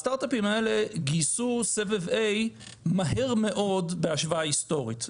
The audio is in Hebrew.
הסטארטאפים האלה גייסו סבב A מהר מאוד בהשוואה היסטורית.